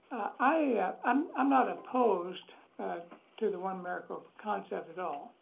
i'm um i'm not opposed to the one-maricopa concept at all,